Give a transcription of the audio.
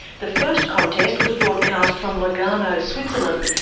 the first contest was broadcast from lugarno, switzerland,